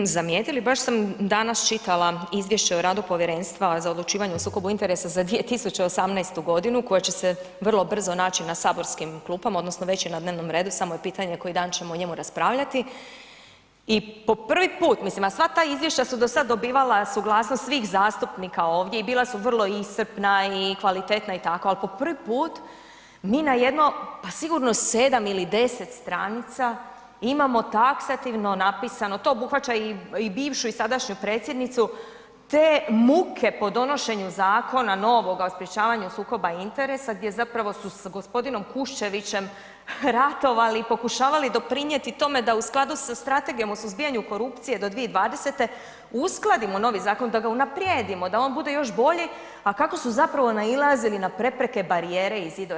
Dobro ste zamijetili, baš sam danas čitala izvješće o radu Povjerenstva za odlučivanje o sukobu interesa za 2018. godinu koja će se vrlo brzo naći na saborskim klupama, odnosno već je na dnevnom redu samo je pitanje koji dan ćemo o njemu raspravljati i po prvi put, mislim a sva ta izvješća su do sad dobivala suglasnost svih zastupnika ovdje i bila su vrlo iscrpna i kvalitetna i tako, ali po prvi put mi na jedno pa sigurno 7 ili 10 stranica imamo taksativno napisano, to obuhvaća i bivšu i sadašnju predsjednicu, te muke po donošenju zakona novoga o sprječavanju sukoba interesa gdje zapravo su sa gospodinom Kuščevićem ratovali i pokušavali doprinijeti o tome da u skladu sa Strategijom o suzbijanju korupcije do 2020. uskladimo novi zakon, da ga unaprijedimo, da on bude još bolji a kako su zapravo nailazili na prepreke, barijere i zidove.